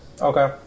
Okay